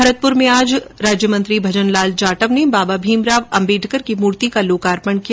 भरतपुर में आज राज्यमंत्री भजन लाल जाटव ने बाबा भीमराव अम्बेडकर की मूर्ति का लोकार्पण किया